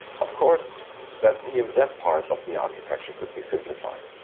of course that dmz part of the architecture could be simplified.